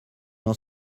n’en